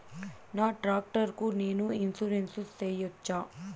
నా టాక్టర్ కు నేను ఇన్సూరెన్సు సేయొచ్చా?